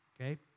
okay